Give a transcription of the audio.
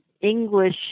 English